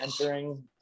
entering